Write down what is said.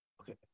Okay